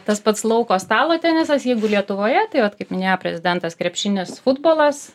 tas pats lauko stalo tenisas jeigu lietuvoje tai vat kaip minėjo prezidentas krepšinis futbolas